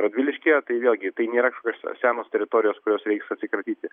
radviliškyje tai vėlgi tai nėra kažkokios senos teritorijos kurios reiks atsikratyti